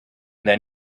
then